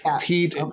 pete